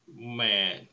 Man